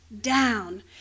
down